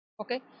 okay